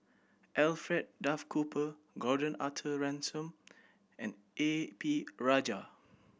Alfred Duff Cooper Gordon Arthur Ransome and A P Rajah